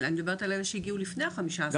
אני מדברת על אלה שהגיעו לפני ה-15 באפריל.